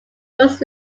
most